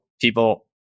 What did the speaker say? people